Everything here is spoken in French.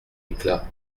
éclat